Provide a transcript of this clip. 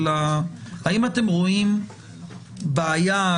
האם אתם רואים בעיה,